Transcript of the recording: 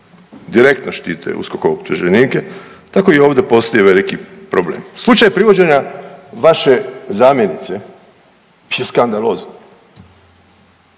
direktno štite uskokove optuženike, tako i ovdje postoji veliki problem. Slučaj privođenja vaše zamjenice je skandalozno,